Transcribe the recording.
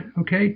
okay